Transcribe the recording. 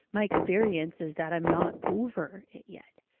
my experience is that i'm not over it yet.